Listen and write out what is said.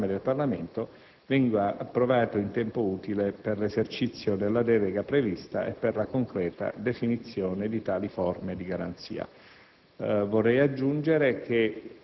che il disegno di legge delega, oggi all'esame del Parlamento, venga approvato in tempo utile per l'esercizio della delega prevista e per la concreta definizione di tali forme di garanzia.